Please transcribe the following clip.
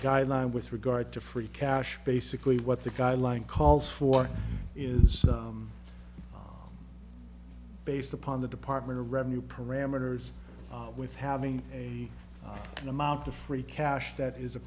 guideline with regard to free cash basically what the guideline calls for is based upon the department of revenue parameters with having an amount of free cash that is a